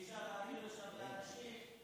אי-אפשר להעביר לשם את האנשים.